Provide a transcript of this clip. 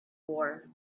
war